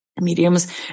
mediums